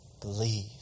Believe